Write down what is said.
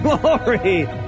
Glory